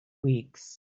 weeks